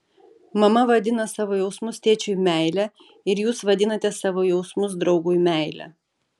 mama vadina savo jausmus tėčiui meile ir jūs vadinate savo jausmus draugui meile